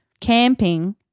camping